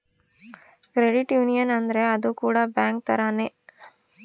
credit union ಅಂದ್ರ ಅದು ಕೂಡ ಬ್ಯಾಂಕ್ ತರಾನೇ